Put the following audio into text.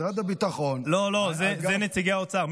משרד הביטחון לא, לא, זה נציגי האוצר.